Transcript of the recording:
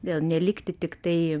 vėl nelikti tiktai